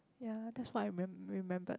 ya that's what I remem~ remembered